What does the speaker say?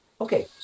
Okay